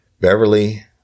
Beverly